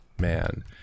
man